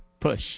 Push